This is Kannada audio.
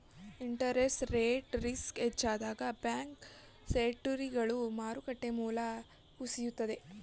ಇಂಟರೆಸ್ಟ್ ರೇಟ್ ರಿಸ್ಕ್ ಹೆಚ್ಚಾದಾಗ ಬಾಂಡ್ ಸೆಕ್ಯೂರಿಟಿಗಳ ಮಾರುಕಟ್ಟೆ ಮೌಲ್ಯ ಕುಸಿಯುತ್ತದೆ